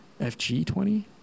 FG20